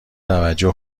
توجه